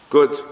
Good